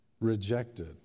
rejected